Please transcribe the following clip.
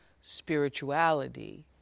spirituality